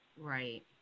Right